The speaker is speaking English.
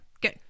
good